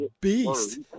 beast